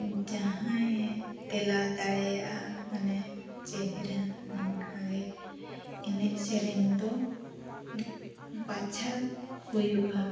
ᱡᱟᱦᱟᱸᱭ ᱛᱮᱞᱟ ᱫᱟᱲᱮᱭᱟᱜᱼᱟ ᱢᱟᱱᱮ ᱪᱮᱦᱨᱟ ᱚᱱᱠᱟᱜᱮ ᱮᱱᱮᱡ ᱥᱮᱨᱮᱧ ᱫᱚ ᱵᱟᱪᱷᱟᱣ ᱦᱩᱭᱩᱜᱼᱟ